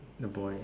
the boy